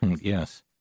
Yes